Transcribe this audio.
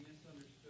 misunderstood